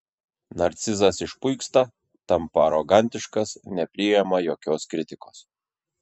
narcizas išpuiksta tampa arogantiškas nepriima jokios kritikos